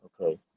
Okay